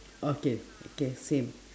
okay k same